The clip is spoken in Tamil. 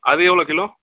அது எவ்வளோ கிலோ